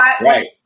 Right